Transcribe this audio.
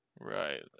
Right